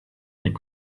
est